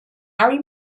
harry